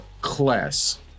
class